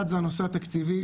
אחד, הנושא התקציבי.